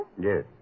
Yes